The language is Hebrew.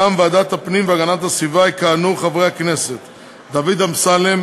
מטעם ועדת הפנים והגנת הסביבה יכהנו חברי הכנסת דוד אמסלם,